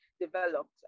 developed